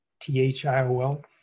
T-H-I-O-L